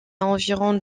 environ